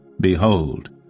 Behold